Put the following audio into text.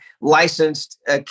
licensed